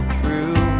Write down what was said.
true